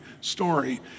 story